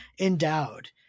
endowed